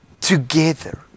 together